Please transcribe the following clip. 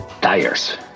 tires